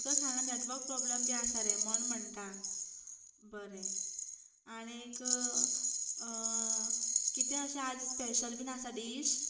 because हांगा network problem बी आसा रे म्हण म्हणटा बरें आनीक कितें अशें आयज स्पॅशल बी आसा डिश